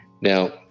Now